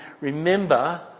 remember